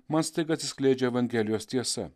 man staiga atsiskleidžia evangelijos tiesa